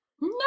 no